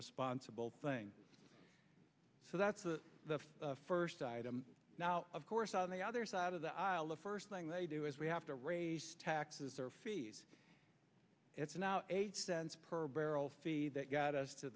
responsible thing so that's a the first item now of course on the other side of the aisle of first thing they do is we have to raise taxes or fees it's now eighty cents per barrel fee that got us to